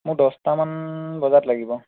মোৰ দহটামান বজাত লাগিব